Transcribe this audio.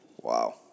Wow